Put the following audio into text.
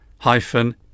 hyphen